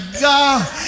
God